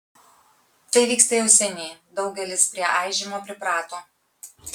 tai vyksta jau seniai daugelis prie aižymo priprato